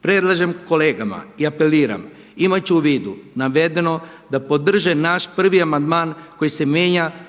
Predlažem kolegama i apeliram, imat ću u vidu navedeno da podrže naš prvi amandman kojim se mijenja